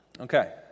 Okay